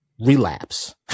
relapse